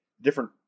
different